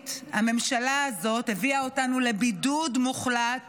הבין-לאומית הממשלה הזאת הביאה אותנו לבידוד מוחלט